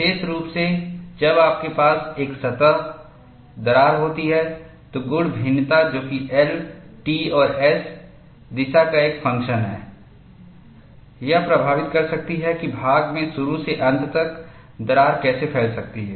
विशेष रूप से जब आपके पास एक सतह दरार होती है तो गुण भिन्नता जो कि L T और S दिशा का एक फ़ंक्शन है यह प्रभावित कर सकती है कि भाग में शुरू से अंत तक दरार कैसे फैल सकती है